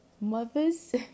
mothers